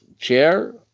chair